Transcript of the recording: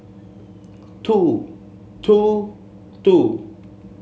two two two